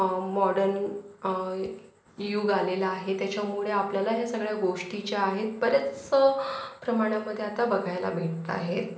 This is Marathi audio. मॉडर्न युग आलेलं आहे त्याच्यामुळे आपल्याला ह्या सगळ्या गोष्टी ज्या आहेत बरेचसं प्रमाणामध्ये आता बघायला भेटतं आहे